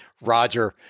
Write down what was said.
Roger